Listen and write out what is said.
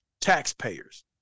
Taxpayers